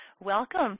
welcome